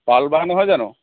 পাৰুল বা নহয় জানো